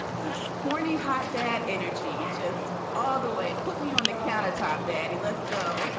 so corny. had that energy just all the way. put me on the countertop. daddy lythgoe